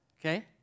okay